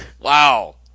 Wow